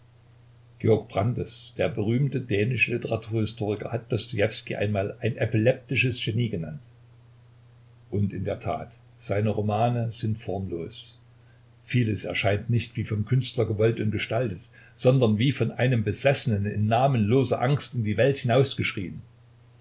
der berühmte dänische literarhistoriker hat dostojewski einmal ein epileptisches genie genannt und in der tat seine romane sind formlos vieles erscheint nicht wie vom künstler gewollt und gestaltet sondern wie von einem besessenen in namenloser angst in die welt